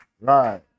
Right